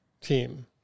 team